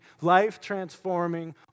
life-transforming